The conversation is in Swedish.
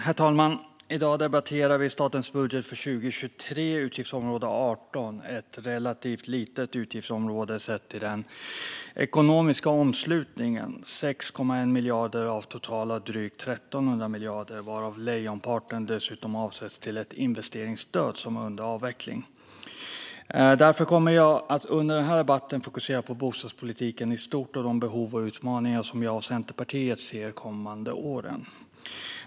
Herr talman! I dag debatterar vi statens budget för 2023, utgiftsområde 18. Det är ett relativt litet utgiftsområde sett till den ekonomiska omslutningen: 6,1 miljarder av totalt drygt 1 300 miljarder, varav lejonparten dessutom avsätts till ett investeringsstöd som är under avveckling. Därför kommer jag att under den här debatten fokusera på bostadspolitiken i stort och de behov och utmaningar som jag och Centerpartiet ser de kommande åren.